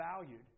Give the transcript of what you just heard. Valued